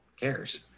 cares